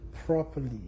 Properly